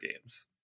games